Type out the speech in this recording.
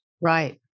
Right